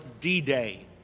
D-Day